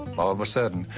all of a sudden,